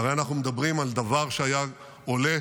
הרי אנחנו מדברים על דבר שהיה עולה